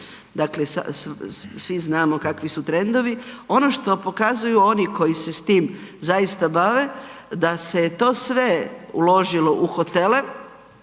dakle svi znamo kakvi su trendovi. Ono što pokazuju oni koji se s tim bave da se to sve uložilo u hotele,